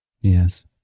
Yes